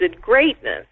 greatness